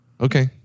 Okay